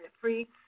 Free